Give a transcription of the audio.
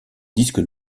disque